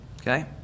Okay